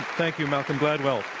thank you, malcolm gladwell.